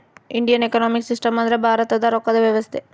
Indian economic system ಅಂದ್ರ ಭಾರತದ ರೊಕ್ಕದ ವ್ಯವಸ್ತೆ